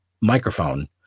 microphone